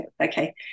Okay